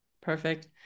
Perfect